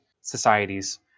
societies